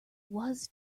was